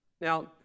Now